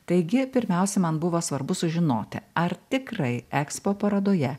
taigi pirmiausia man buvo svarbu sužinoti ar tikrai ekspo parodoje